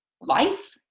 life